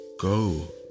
Go